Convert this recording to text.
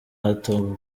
hato